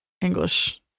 English